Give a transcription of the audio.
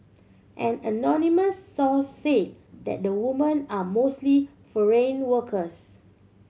an anonymous source say that the woman are mostly foreign workers